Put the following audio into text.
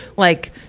like,